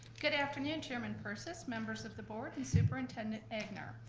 good afternoon, chairman persis, members of the board, and superintendent egnor.